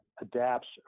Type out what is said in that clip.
adapts